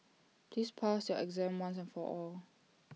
please pass your exam once and for all